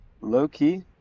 Low-key